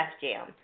Jam